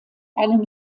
einem